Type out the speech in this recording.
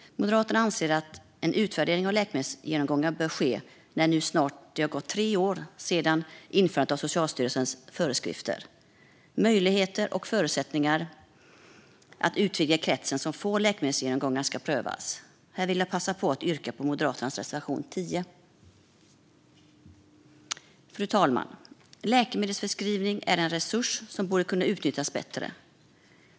Moderaterna anser att en utvärdering av läkemedelsgenomgångar bör ske; det har snart gått tre år sedan införandet av Socialstyrelsens föreskrifter. Möjligheter och förutsättningar att utvidga kretsen som får läkemedelsgenomgångar ska prövas. Här vill jag passa på att yrka bifall till Moderaternas reservation 10. Fru talman! Läkemedelsförskrivning är en resurs som borde kunna utnyttjas bättre.